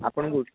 ଆପଣ କୋଉଠି